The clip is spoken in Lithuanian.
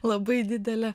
labai didelė